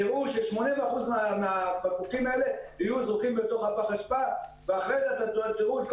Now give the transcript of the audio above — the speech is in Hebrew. תראו ש-80% מהבקבוקים האלה יהיו זרוקים בתוך פח האשפה ואחרי כן תראו,